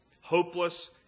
hopeless